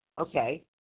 Okay